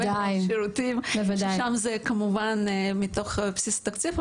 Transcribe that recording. ששם זה כמובן מתוך בסיס התקציב,